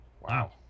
Wow